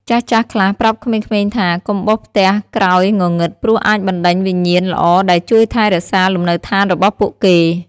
ចាស់ៗខ្លះប្រាប់ក្មេងៗថា៖ «កុំបោសផ្ទះក្រោយងងឹត ព្រោះអាចបណ្ដេញវិញ្ញាណល្អដែលជួយថែរក្សាលំនៅដ្ឋានរបស់ពួកគេ។